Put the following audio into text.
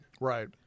Right